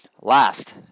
Last